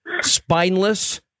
spineless